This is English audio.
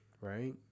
right